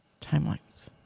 Timelines